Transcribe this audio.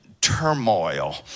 turmoil